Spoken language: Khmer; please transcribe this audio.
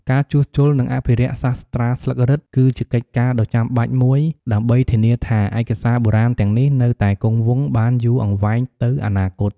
ការជួសជុល និងអភិរក្សសាស្រ្តាស្លឹករឹត គឺជាកិច្ចការដ៏ចាំបាច់មួយដើម្បីធានាថាឯកសារបុរាណទាំងនេះនៅតែគង់វង្សបានយូរអង្វែងទៅអនាគត។